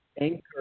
anchor